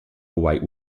white